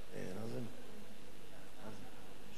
אדוני היושב-ראש, אדוני השר,